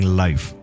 life